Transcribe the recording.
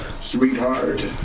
Sweetheart